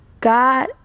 God